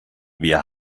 wir